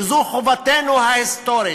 שזו חובתנו ההיסטורית.